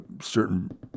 Certain